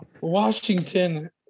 Washington